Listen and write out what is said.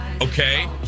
Okay